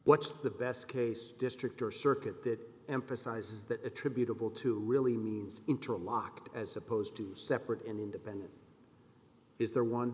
what's the best case district or circuit that emphasizes that attributable to really means interlock as opposed to separate and independent is there one